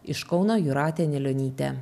iš kauno jūratė anilionytė